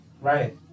right